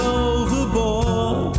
overboard